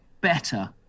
better